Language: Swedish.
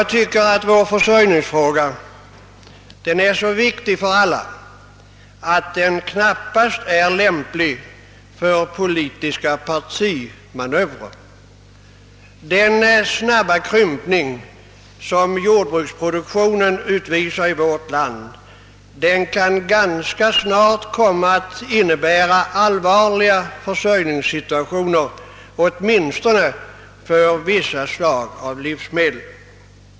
Vår försörjning med livsmedel är så viktig för alla att frågan knappast är lämplig för politiska partimanövrer. Den snabba krympning som jordbruksproduktionen utvisar i vårt land kan ganska snart komma att medföra allvarliga försörjningssituationer, åtminstone vad gäller vissa slag av livsmedel.